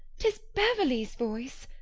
tis beverley's voice!